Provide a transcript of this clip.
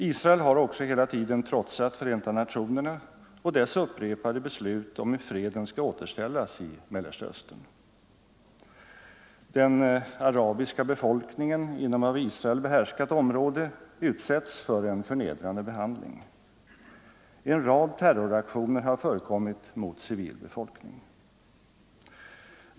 Israel har också hela tiden trotsat Förenta nationerna och dess upprepade beslut om hur freden skall återställas i Mellersta Östern. Den arabiska befolkningen inom av Israel behärskat område utsätts för en förnedrande behandling. En rad terroraktioner har förekommit mot civil befolkning.